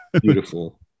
Beautiful